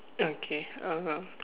okay uh